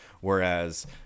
Whereas